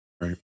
right